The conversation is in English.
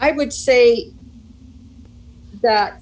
i would say that